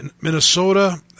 Minnesota